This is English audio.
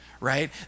right